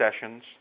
sessions